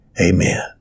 Amen